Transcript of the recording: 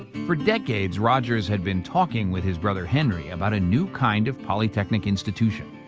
for decades, rogers had been talking with his brother henry about a new kind of polytechnic institution.